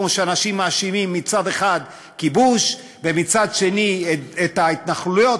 כמו שאנשים מאשימים מצד אחד כיבוש ומצד שני את ההתנחלויות,